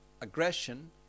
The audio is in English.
aggression